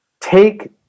take